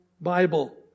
Bible